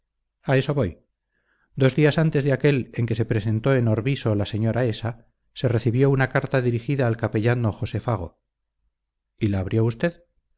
dos días antes de aquel en que se presentó en orbiso la señora esa se recibió una carta dirigida al capellán d josé fago y la abrió usted